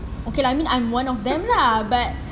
okay lah I mean I'm one of them lah but